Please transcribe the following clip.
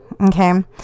Okay